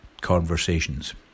conversations